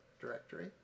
directory